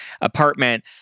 apartment